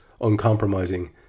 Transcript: uncompromising